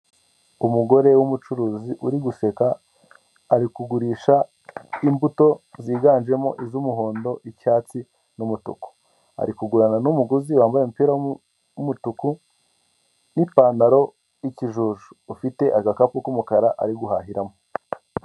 Umugore w'umucuruzi uri guseka, ari kugurisha imbuto ziganjemo iz'umuhondo, icyatsi, n'umutuku. Ari kugurana n'umuguzi wambaye umupira w'umutuku n'ipantaro y'ikijuju. Ufite agakapu k'umukara ari guhahiramo.